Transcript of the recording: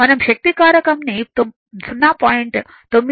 మనం శక్తి కారకం ని 0